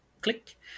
click